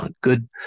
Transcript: good